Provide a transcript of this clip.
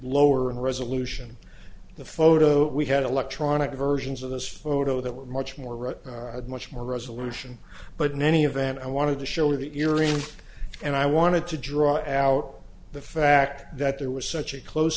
lower resolution the photo we had electronic versions of this photo that were much more right much more resolution but in any event i wanted to show the eerie and i wanted to draw out the fact that there was such a close